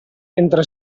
entre